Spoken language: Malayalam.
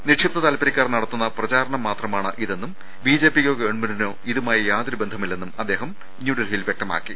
നിക്ഷിപ്ത താൽപര്യക്കാർ നടത്തുന്ന പ്രചാരണം മാത്രമാണിതെന്നും ബിജെപിക്കോ ഗവൺമെന്റിനോ ഇതു മായി യാതൊരു ബന്ധവുമില്ലെന്നും അദ്ദേഹം ന്യൂഡൽഹിയിൽ വ്യക്തമാക്കി